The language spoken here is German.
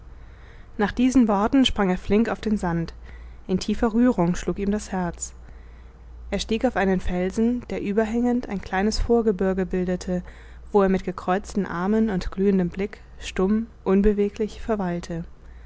nach diesen worten sprang er flink auf den sand in tiefer rührung schlug ihm das herz er stieg auf einen felsen der überhängend ein kleines vorgebirge bildete wo er mit gekreuzten armen und glühendem blick stumm unbeweglich verweilte